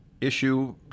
issue